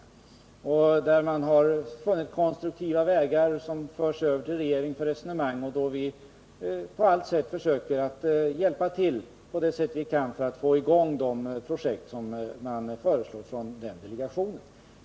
Delegationen har kommit med konstruktiva förslag som delgetts regeringen i resonemang, och vi försöker hjälpa till på det sätt som vi kan för att få i gång de projekt som delegationen föreslår.